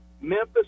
Memphis